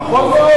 נכון מאוד.